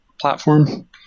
platform